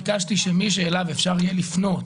ביקשתי שמי שאליו אפשר יהיה לפנות